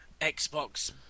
Xbox